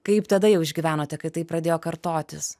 kaip tada jau išgyvenote kai tai pradėjo kartotis